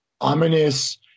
ominous